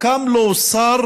קם לו שר,